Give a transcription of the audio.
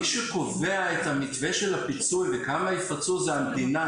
מי שקובע את המתווה של הפיצוי וכמה יפצו זה המדינה,